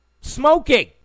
smoking